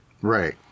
Right